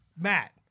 Matt